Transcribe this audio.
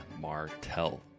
Martell